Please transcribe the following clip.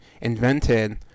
invented